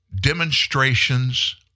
demonstrations